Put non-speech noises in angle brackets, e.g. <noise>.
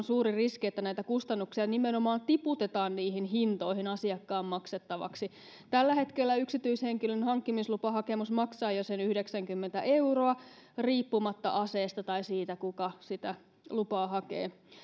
<unintelligible> suuri riski että näitä kustannuksia nimenomaan tiputetaan hintoihin asiakkaan maksettavaksi tällä hetkellä yksityishenkilön hankkimislupahakemus maksaa jo yhdeksänkymmentä euroa riippumatta aseesta tai siitä kuka sitä lupaa hakee